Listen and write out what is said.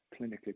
clinically